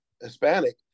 Hispanic